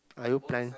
are you plan